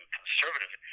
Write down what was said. conservative